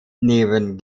neben